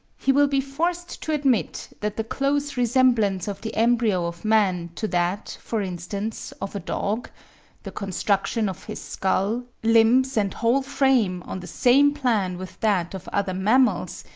he will be forced to admit that the close resemblance of the embryo of man to that, for instance, of a dog the construction of his skull, limbs and whole frame on the same plan with that of other mammals,